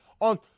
On